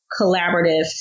collaborative